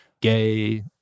gay